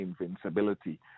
invincibility